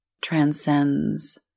transcends